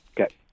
Okay